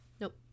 Nope